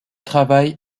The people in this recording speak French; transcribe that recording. travaille